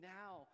now